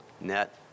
net